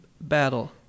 battle